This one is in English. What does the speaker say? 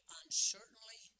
uncertainly